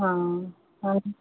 ఆ